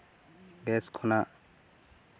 gas ᱠᱷᱚᱱᱟᱜ